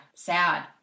sad